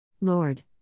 Lord